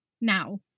now